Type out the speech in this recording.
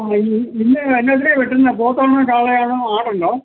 ഇന്ന് എന്നത്തിനെയാണ് വെട്ടുന്നത് പോത്താണോ കാളയണോ ആടുണ്ടോ